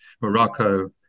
Morocco